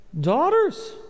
daughters